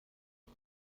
ich